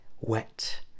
wet